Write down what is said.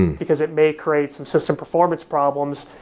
because it may create some system performance problems.